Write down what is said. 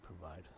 provide